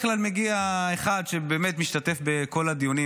כלל מגיע אחד שבאמת משתתף בכל הדיונים,